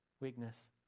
weakness